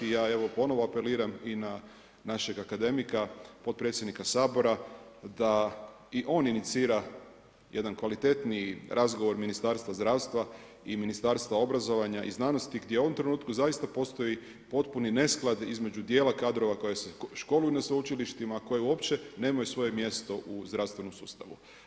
Ja evo ponovno apeliram i na našega akademika, potpredsjednika Sabora da i on inicira jedan kvalitetniji razgovor Ministarstva zdravstva i Ministarstva obrazovanja i znanosti gdje u ovom trenutku zaista postoji potpuni nesklad između djela kadrova koji se školuju na sveučilištima, koji uopće nemaju svoje mjesto u zdravstvenom sustavu.